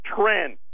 trend